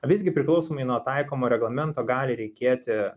visgi priklausomai nuo taikomo reglamento gali reikėti